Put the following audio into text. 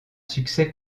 succès